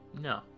No